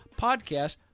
podcast